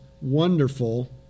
wonderful